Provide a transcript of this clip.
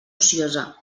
ociosa